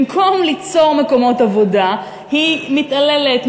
במקום ליצור מקומות עבודה היא מתעללת,